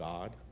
God